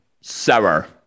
sour